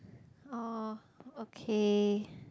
oh okay